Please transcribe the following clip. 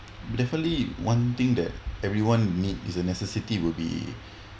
definitely one thing that everyone need is a necessity will be